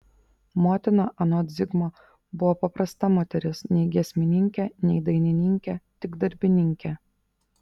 motina anot zigmo buvo paprasta moteris nei giesmininkė nei dainininkė tik darbininkė